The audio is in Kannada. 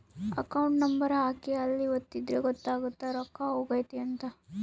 ಅಕೌಂಟ್ ನಂಬರ್ ಹಾಕಿ ಅಲ್ಲಿ ಒತ್ತಿದ್ರೆ ಗೊತ್ತಾಗುತ್ತ ರೊಕ್ಕ ಹೊಗೈತ ಅಂತ